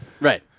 Right